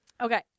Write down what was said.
Okay